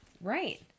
right